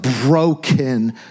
broken